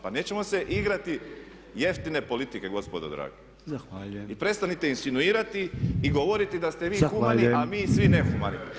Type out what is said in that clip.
Pa nećemo se igrati jeftine politike gospodo draga [[Upadica Podolnjak: Zahvaljujem.]] I prestanite insinuirati i govoriti da ste vi humani, a mi svi nehumani.